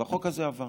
והחוק הזה עבר.